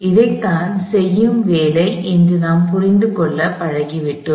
இதைத்தான் செய்யும் வேலை என்று நாம் புரிந்து கொள்ளப் பழகிவிட்டோம்